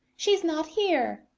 she's not here.